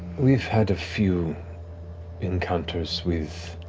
we've had a few encounters with